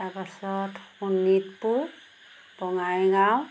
তাৰপাছত শোণিতপুৰ বঙাইগাঁও